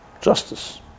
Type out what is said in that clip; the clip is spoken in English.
Justice